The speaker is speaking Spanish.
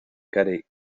carey